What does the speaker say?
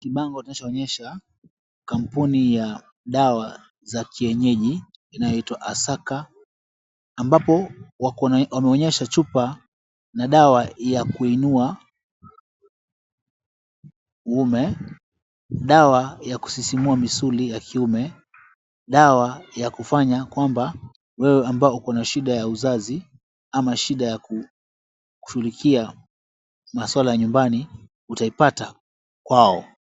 Kibango kinachoonyesha kampuni ya dawa za kienyeji inayoitwa AHASAKA ambapo wameonyesha chupa na dawa ya kuinua uume, dawa ya kusisimua misuli ya kiume, dawa ya kufanya kwamba wewe ambaye uko na shida ya uzazi ama shida ya kushughulikia maswala ya nyumbani utaipata kwao.